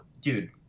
dude